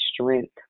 strength